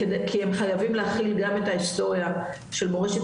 כי הם חייבים להכיל גם את ההיסטוריה של מורשת